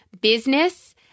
business